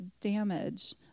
damage